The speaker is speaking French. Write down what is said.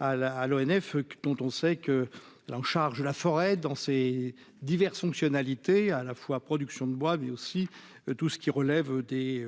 à l'ONF dont on sait que l'en charge de la forêt dans ses diverses fonctionnalités à la fois, production de bois mais aussi tout ce qui relève des